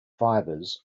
fibers